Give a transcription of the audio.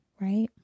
Right